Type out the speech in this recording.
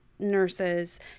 nurses